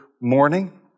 morning